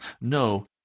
No